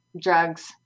drugs